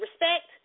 Respect